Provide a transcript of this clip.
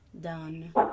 Done